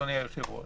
אדוני היושב-ראש,